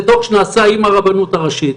זה דוח שנעשה עם הרבנות הראשית,